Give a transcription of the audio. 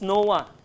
Noah